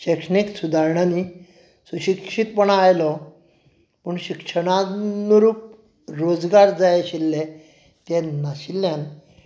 शैक्षणीत सुदारणांनी सुशिक्षीतपणा आयलो पूण शिक्षणानुरूप रोजगार जाय आशिल्ले ते नाशिल्ल्यान